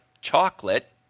chocolate